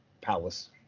Palace